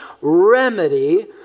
remedy